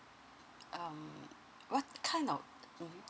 um what kind of mm